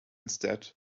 instead